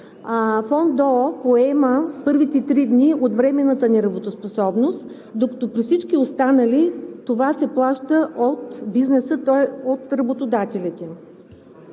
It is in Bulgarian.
фонд ДОО поема първите три дни от временната нетрудоспособност, докато при всички останали това се плаща от бизнеса, тоест от работодателите.